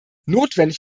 notwendig